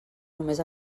només